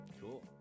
Cool